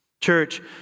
Church